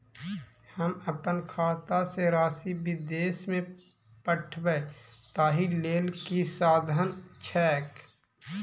हम अप्पन खाता सँ राशि विदेश मे पठवै ताहि लेल की साधन छैक?